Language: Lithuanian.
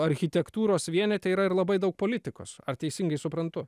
architektūros vienete yra ir labai daug politikos ar teisingai suprantu